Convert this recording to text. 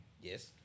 Yes